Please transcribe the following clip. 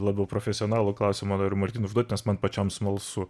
labiau profesionalų klausimą noriu martynui užduot nes man pačiam smalsu